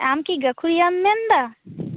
ᱟᱢᱠᱤ ᱜᱟ ᱠᱷᱩᱲᱤᱭᱟ ᱢ ᱢᱮᱱ ᱮᱫᱟ